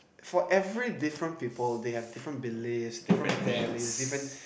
for every different people they have different beliefs different values different